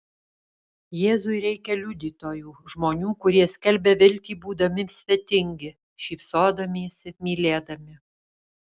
jėzui reikia liudytojų žmonių kurie skelbia viltį būdami svetingi šypsodamiesi mylėdami